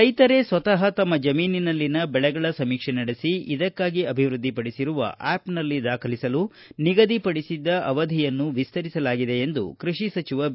ರೈತರೇ ಸ್ವತಃ ತಮ್ಮ ಜಮೀನಿನಲ್ಲಿನ ಬೆಳೆಗಳ ಸಮೀಕ್ಷೆ ನಡೆಸಿ ಇದಕ್ಕಾಗಿ ಅಭಿವೃದ್ದಿಪಡಿಸಿರುವ ಆಪ್ನಲ್ಲಿ ದಾಖಲಿಸಲು ನಿಗದಿಪಡಿಸಿದ್ದ ಅವಧಿಯನ್ನು ವಿಸ್ತರಿಸಲಾಗಿದೆ ಎಂದು ಕೃಷಿ ಸಚಿವ ಬಿ